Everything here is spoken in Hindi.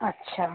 अच्छा